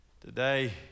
Today